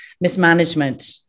mismanagement